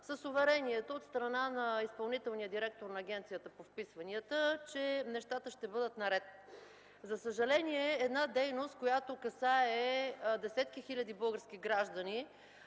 с уверението от страна на изпълнителния директор на Агенцията по вписванията, че нещата ще бъдат наред. За съжаление дейност, която касае десетки хиляди български граждани